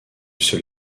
seul